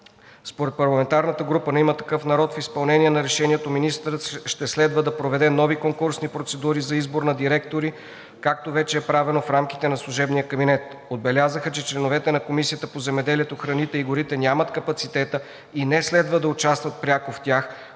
Според парламентарната група на „Има такъв народ“ в изпълнение на решението министърът ще следва да проведе нови конкурсни процедури за избор на директори, както вече е правено в рамките на служебния кабинет. Отбелязаха, че членовете на Комисията по земеделието, храните и горите нямат капацитета и не следва да участват пряко в тях,